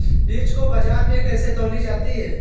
बीज को बाजार में कैसे तौली जाती है?